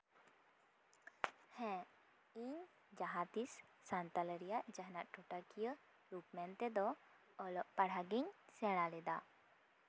ᱦᱮᱸ ᱤᱧ ᱡᱟᱦᱟᱸ ᱛᱤᱸᱥ ᱥᱟᱱᱛᱟᱲ ᱨᱮᱭᱟᱜ ᱡᱟᱦᱟᱱᱟᱜ ᱴᱚᱴᱟᱠᱤᱭᱟᱹ ᱨᱩᱯ ᱢᱮᱱ ᱛᱮᱫᱚ ᱚᱞᱚᱜ ᱯᱟᱲᱦᱟᱜ ᱜᱤᱧ ᱥᱮᱬᱟ ᱞᱮᱫᱟ